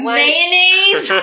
mayonnaise